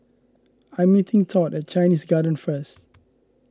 I am meeting Todd at Chinese Garden first